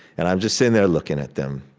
and i'm just sitting there looking at them.